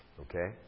Okay